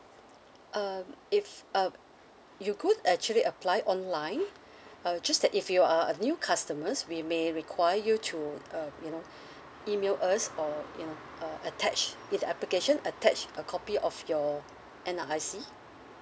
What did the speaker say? uh if uh you could actually apply online uh just that if you are a new customers we may require you to uh you know email us or you know uh attach either application attach a copy of your N_R_I_C